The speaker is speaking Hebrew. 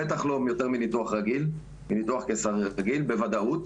בטח לא יותר מניתוח קיסרי רגיל, זה בוודאות.